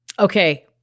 Okay